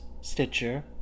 Stitcher